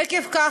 עקב כך,